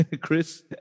Chris